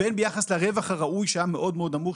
והן ביחס לרווח הראוי שהיה מאוד-מאוד נמוך,